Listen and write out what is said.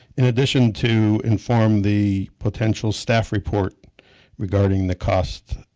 in addition to inform the potential staff report regarding the cost